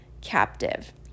captive